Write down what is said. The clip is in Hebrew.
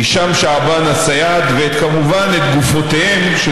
הישאם שעבאן א-סייד וכמובן את גופותיהם של